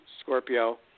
Scorpio